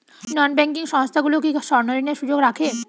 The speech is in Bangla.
নন ব্যাঙ্কিং সংস্থাগুলো কি স্বর্ণঋণের সুবিধা রাখে?